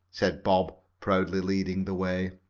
said bob, proudly leading the way.